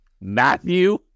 Matthew